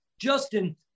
Justin